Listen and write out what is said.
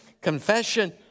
confession